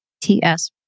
TS